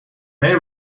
may